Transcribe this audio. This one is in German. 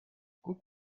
guck